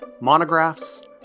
monographs